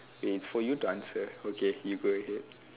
eh for you to answer okay you go ahead